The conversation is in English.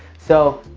so,